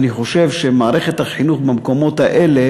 ואני חושב שמערכת החינוך במקומות האלה